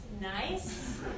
nice